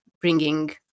bringing